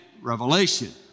Revelation